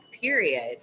period